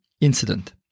incident